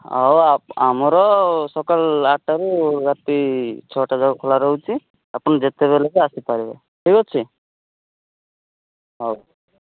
ହଉ ଆ ଆମର ସକାଳ ଆଠଟାରୁ ରାତି ଛଅଟା ଯାଏଁ ଖୋଲା ରହୁଛି ଆପଣ ଯେତେବେଳେ ବି ଆସି ପାରିବେ ଠିକ୍ ଅଛି ହଉ